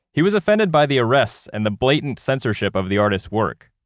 he was offended by the arrests and the blatant censorship of the artist's work.